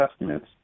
estimates